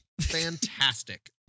Fantastic